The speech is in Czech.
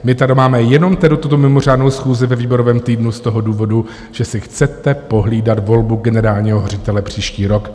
My tady máme jenom tedy tuto mimořádnou schůzi ve výborovém týdnu z toho důvodu, že si chcete pohlídat volbu generálního ředitele příští rok.